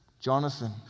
Jonathan